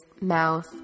mouth